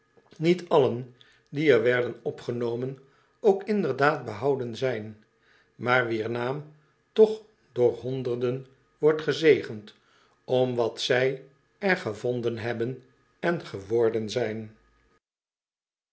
niet allen die er werden opgenomen ook inderdaad behouden zijn maar wier naam toch door honderden wordt gezegend om wat zij er gevonden hebben en geworden zijn